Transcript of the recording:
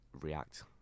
react